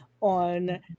on